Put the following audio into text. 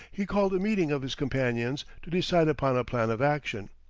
he called a meeting of his companions to decide upon a plan of action.